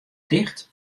ticht